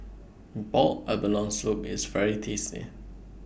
boiled abalone Soup IS very tasty